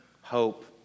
hope